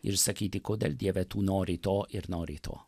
ir sakyti ko dar dieve tu nori to ir nori to